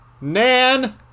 Nan